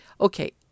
Okay